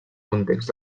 context